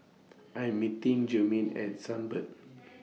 I'm meeting Jermaine At Sunbird